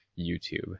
YouTube